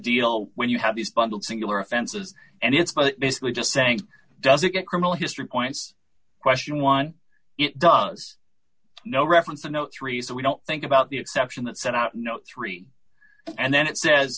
deal when you have these bundled singular offenses and it's basically just saying does it get criminal history points question one it does no reference to no three so we don't think about the exception that set out no three and then it says